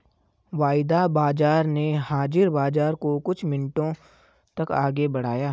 वायदा बाजार ने हाजिर बाजार को कुछ मिनटों तक आगे बढ़ाया